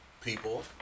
People